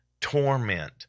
torment